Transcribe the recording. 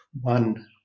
one